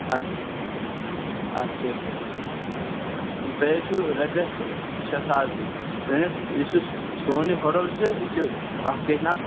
اچھ اچھا اچھا تۅہہِ حظ چھُو ریٚتَس شےٚ ساس دِنۍ سٲنِس یُس یہِ سون یہِ ہوٹَل چھُ یہِ چھُ اَتھ کیٛاہ چھُ ناو